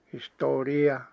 Historia